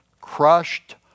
crushed